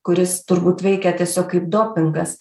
kuris turbūt veikia tiesiog kaip dopingas